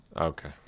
Okay